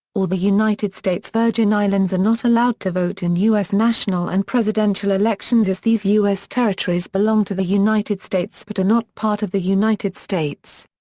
or the united states virgin islands are not allowed to vote in u s. national and presidential elections as these u s. territories belong to the united states but are not part of the united states.